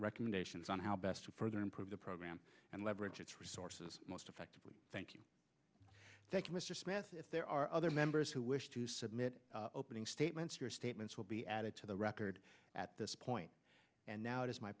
recommendations on how best to further improve the program and leverage its resources most effectively thank you thank you mr smith if there are other members who wish to submit opening statements your statements will be added to the record at this point and now it is my